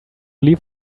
leave